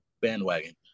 bandwagon